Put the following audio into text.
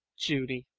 judy